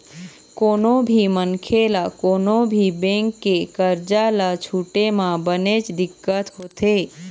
कोनो भी मनखे ल कोनो भी बेंक के करजा ल छूटे म बनेच दिक्कत होथे